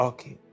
Okay